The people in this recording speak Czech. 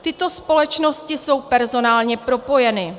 Tyto společnosti jsou personálně propojeny.